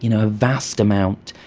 you know a vast amount,